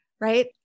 right